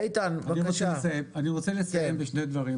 אני רוצה לסיים בשני דברים.